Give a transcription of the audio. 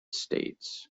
states